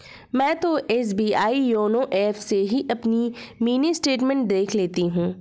मैं तो एस.बी.आई योनो एप से ही अपनी मिनी स्टेटमेंट देख लेती हूँ